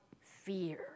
fear